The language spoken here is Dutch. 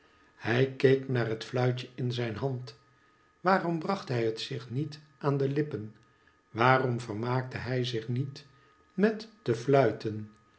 hij keek naar het fluitje in zijn hand waarom bracht hij het zich niet aan de lippen waarom vermaakte hij zich niet met te fluiten